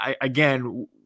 Again